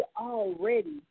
already